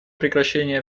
прекращения